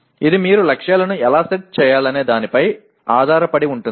ఇది మీరు లక్ష్యాలను ఎలా సెట్ చేయాలనే దానిపై ఆధారపడి ఉంటుంది